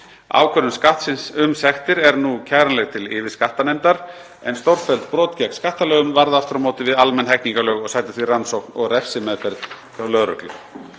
Ákvörðun Skattsins um sektir er nú kæranleg til yfirskattanefndar en stórfelld brot gegn skattalögum varða aftur á móti við almenn hegningarlög og sæta því rannsókn og refsimeðferð